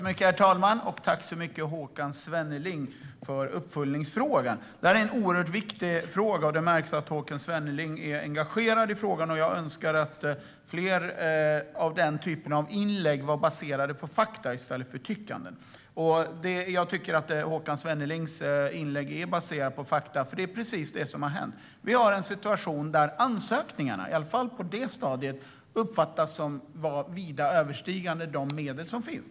Herr talman! Tack, Håkan Svenneling, för uppföljningsfrågan! Det är en oerhört viktig fråga, och det märks att Håkan Svenneling är engagerad i frågan. Jag önskar att fler inlägg av det här slaget var baserade på fakta i stället för tyckande. Jag tycker att Håkan Svennelings inlägg är baserat på fakta, för han beskriver vad som faktiskt har hänt. Vi har en situation där ansökningarna uppfattas som vida överstigande de medel som finns.